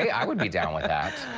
i would be down with that.